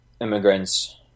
immigrants